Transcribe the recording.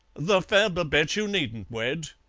the fair babette you needn't wed.